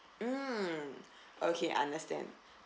mm okay understand